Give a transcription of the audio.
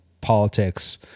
politics